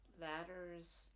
ladders